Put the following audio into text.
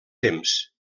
temps